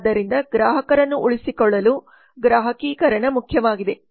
ಆದ್ದರಿಂದ ಗ್ರಾಹಕರನ್ನು ಉಳಿಸಿಕೊಳ್ಳಲು ಗ್ರಾಹಕೀಕರಣ ಮುಖ್ಯವಾಗಿದೆ